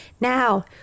Now